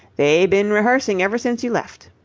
they been rehearsing ever since you left.